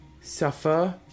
suffer